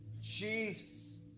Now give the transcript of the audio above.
Jesus